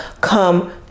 come